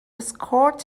escort